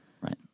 Right